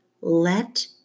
Let